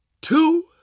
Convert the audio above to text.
two